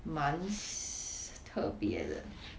蛮 s~ 特别的